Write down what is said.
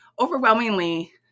overwhelmingly